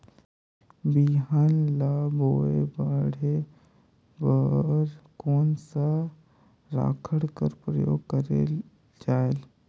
बिहान ल बोये बाढे बर कोन सा राखड कर प्रयोग करले जायेल?